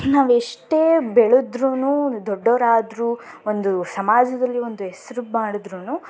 ನಾವೆಷ್ಟೇ ಬೆಳೆದ್ರೂನೂ ದೊಡ್ಡೋರಾದರೂ ಒಂದು ಸಮಾಜದಲ್ಲಿ ಒಂದು ಹೆಸ್ರು ಮಾಡಿದ್ರೂನೂ